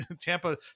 Tampa